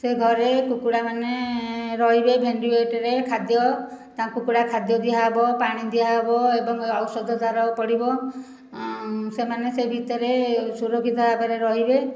ସେ ଘରେ କୁକୁଡ଼ା ମାନେ ରହିବେ ଭେଣ୍ଟିଲେଟରରେ ଖାଦ୍ୟ ତାଙ୍କୁ କୁକୁଡ଼ା ଖାଦ୍ୟ ଦିଅ ହେବ ପାଣି ଦିଆ ହେବ ଏବଂ ଔଷଧ ତାର ପଡ଼ିବ ସେମାନେ ସେ ଭିତରେ ସୁରକ୍ଷିତ ଭାବରେ ରହିବେ